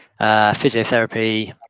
physiotherapy